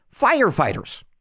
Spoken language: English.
firefighters